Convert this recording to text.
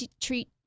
treat